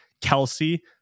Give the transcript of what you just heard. Kelsey